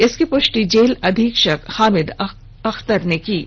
इसकी पृष्टि जेल अधीक्षक हामिद अख्तर ने की है